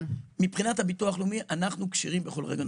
מבחינת הביטוח הלאומי, אנחנו כשירים בכל רגע נתון.